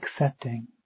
accepting